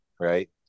right